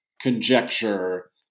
conjecture